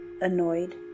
annoyed